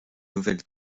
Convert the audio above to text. nouvelle